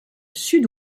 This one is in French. sud